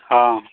ᱦᱮᱸ